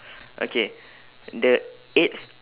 okay the eighth